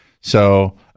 So-